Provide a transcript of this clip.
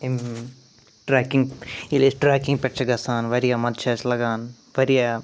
اَمہِ ٹرٛیکِنٛگ ییٚلہِ أسۍ ٹرٛیکِنٛگ پٮ۪ٹھ چھِ گژھان واریاہ مَزٕ چھُ اسہِ لَگان واریاہ